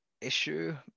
issue